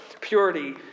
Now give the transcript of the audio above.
purity